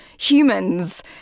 humans